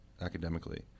academically